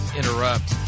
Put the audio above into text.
interrupt